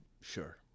Sure